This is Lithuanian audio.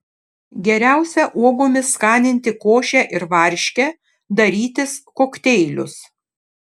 geriausia uogomis skaninti košę ir varškę darytis kokteilius